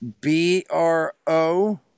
B-R-O